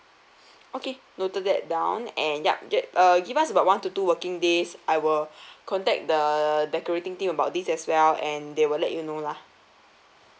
okay noted that down and yup that uh give us about one to two working days I will contact the decorating team about this as well and they will let you know lah